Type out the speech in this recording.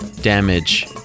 damage